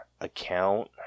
account